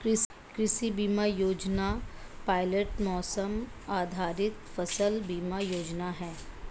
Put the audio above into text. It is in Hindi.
कृषि बीमा योजना पायलट मौसम आधारित फसल बीमा योजना है